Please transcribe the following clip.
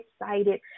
excited